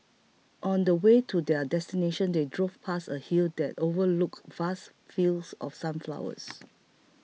on the way to their destination they drove past a hill that overlooked vast fields of sunflowers